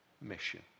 mission